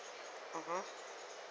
mmhmm